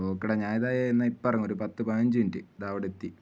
okay ഡാ ഞാൻ ഇതാ എന്നാൽ ഇപ്പം ഇറങ്ങും ഒരു പത്ത് പതിനഞ്ച് മിനിറ്റ് ദ അവിടെ എത്തി